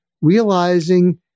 realizing